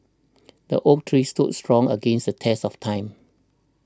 the oak tree stood strong against the test of time